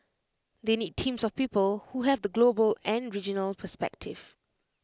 they need teams of people who have the global and regional perspective